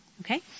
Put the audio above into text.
Okay